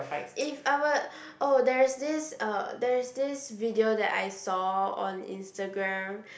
if I would oh there is this uh there is this video that I saw on Instagram